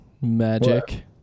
magic